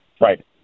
Right